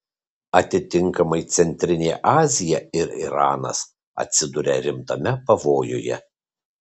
atitinkamai centrinė azija ir iranas atsiduria rimtame pavojuje